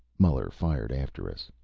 muller fired after us.